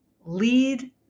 lead